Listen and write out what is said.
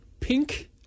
pink